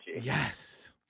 Yes